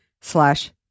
slash